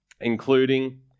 including